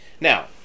Now